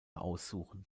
aussuchen